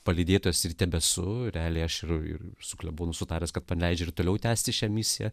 palydėtas ir tebesu realiai aš ir su klebonu sutaręs kad paleidžia ir toliau tęsti šią misiją